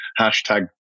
hashtag